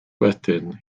wedyn